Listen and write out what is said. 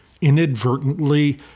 inadvertently